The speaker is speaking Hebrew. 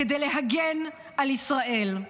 כדי להגן על ישראל.